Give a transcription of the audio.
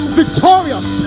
victorious